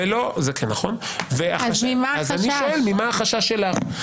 אני שואל, ממה החשש שלך?